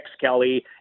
Kelly